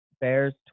Bears